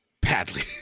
Badly